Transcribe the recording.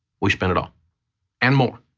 we spend it all and more.